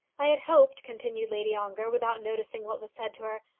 i had hoped, continued lady ongar without noticing what was said to her,